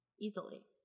easily